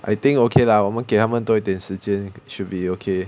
I think okay lah 我们给他们多一点时间 should be okay